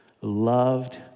loved